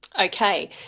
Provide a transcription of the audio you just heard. Okay